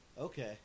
Okay